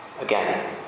again